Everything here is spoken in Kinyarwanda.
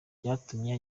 byatumye